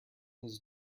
his